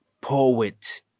poet